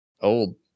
old